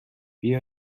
بیا